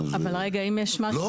אבל רגע אם יש משהו חדש?